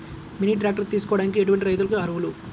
Mini tractor తీసుకోవడానికి ఎటువంటి రైతులకి అర్హులు?